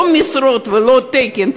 לא משרות ולא תקן,